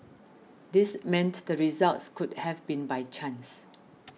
this meant the results could have been by chance